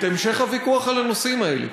את המשך הוויכוח על הנושאים האלה,